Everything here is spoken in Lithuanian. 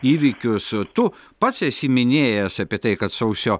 įvykius tu pats esi minėjęs apie tai kad sausio